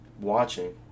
Watching